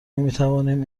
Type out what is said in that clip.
میتوانیم